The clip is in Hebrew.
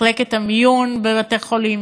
מחלקת המיון בבתי-חולים,